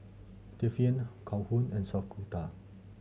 Tiffanie Calhoun and Shaquita